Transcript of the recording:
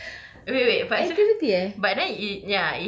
oh my god eh wait wait wait but is activity eh